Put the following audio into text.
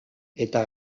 eta